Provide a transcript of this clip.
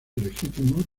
ilegítimos